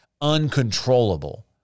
Uncontrollable